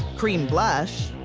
cream blush,